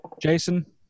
Jason